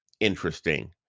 Interesting